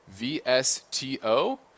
VSTO